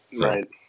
Right